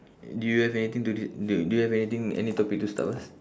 do you have anything to read do do you have anything any topic to start first